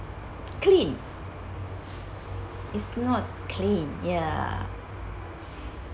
clean is not clean ya